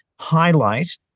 highlight